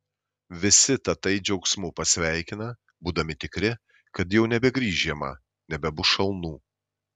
visi tatai džiaugsmu pasveikina būdami tikri kad jau nebegrįš žiema nebebus šalnų